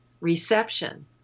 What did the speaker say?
reception